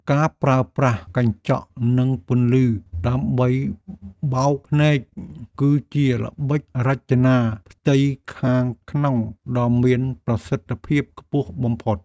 ការប្រើប្រាស់កញ្ចក់និងពន្លឺដើម្បីបោកភ្នែកគឺជាល្បិចរចនាផ្ទៃខាងក្នុងដ៏មានប្រសិទ្ធភាពខ្ពស់បំផុត។